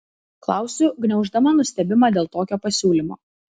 klausiu gniauždama nustebimą dėl tokio pasiūlymo